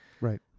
Right